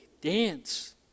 dance